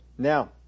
Now